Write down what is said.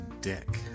dick